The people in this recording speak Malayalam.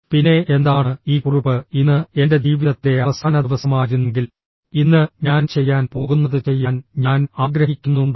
പിന്നെ എന്താണ് ഈ കുറിപ്പ് ഇന്ന് എന്റെ ജീവിതത്തിലെ അവസാന ദിവസമായിരുന്നെങ്കിൽ ഇന്ന് ഞാൻ ചെയ്യാൻ പോകുന്നത് ചെയ്യാൻ ഞാൻ ആഗ്രഹിക്കുന്നുണ്ടോ